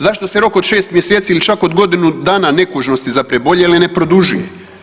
Zašto se rok od 6 mjeseci ili čak od godinu dana nekužnosti za preboljele ne produžuje?